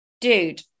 dude